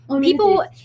People